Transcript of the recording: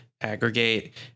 aggregate